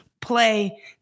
play